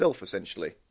essentially